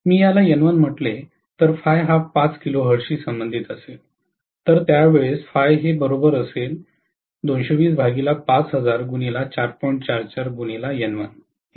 मी याला N1 म्हटले तर हा 5 किलोहर्ट्जशी संबंधित असेल तर असेल